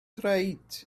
rhaid